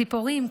ציפורים,